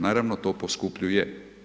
Naravno to poskupljuje.